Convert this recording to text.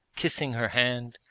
kissing her hand,